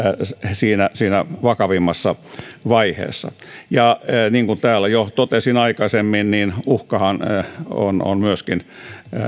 siinä siinä vakavimmassa vaiheessa ja niin kuin täällä jo totesin aikaisemmin uhkahan on on myöskin